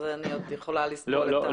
אני עוד יכולה לספוג את זה.